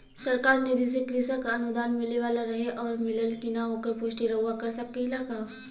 सरकार निधि से कृषक अनुदान मिले वाला रहे और मिलल कि ना ओकर पुष्टि रउवा कर सकी ला का?